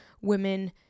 women